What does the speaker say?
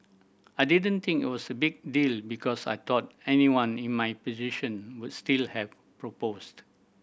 I didn't think it was a big deal because I thought anyone in my position would still have proposed